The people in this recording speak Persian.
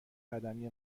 قدمی